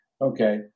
Okay